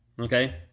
Okay